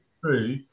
true